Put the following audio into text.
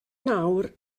nawr